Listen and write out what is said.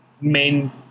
main